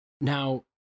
Now